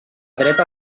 dreta